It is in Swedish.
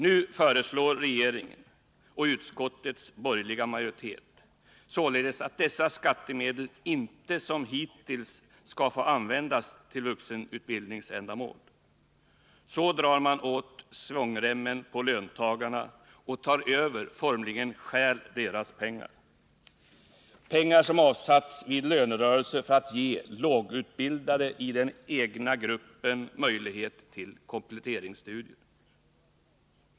Nu föreslår regeringen och utskottets borgerliga majoritet således att dessa skattemedel inte som hittills skall få användas till vuxenutbildningsändamål. Så drar man åt svångremmen på löntagarna och tar över, formligen stjäl deras pengar — pengar som avsatts vid lönerörelser för att ge lågutbildade i den egna gruppen möjlighet till kompletteringsstudier.